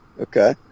Okay